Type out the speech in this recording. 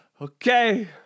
Okay